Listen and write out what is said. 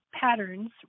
patterns